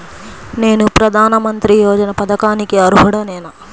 నేను ప్రధాని మంత్రి యోజన పథకానికి అర్హుడ నేన?